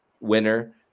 winner